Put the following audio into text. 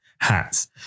hats